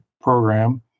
program